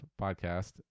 podcast